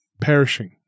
perishing